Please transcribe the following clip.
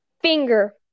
Finger